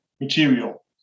material